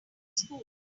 school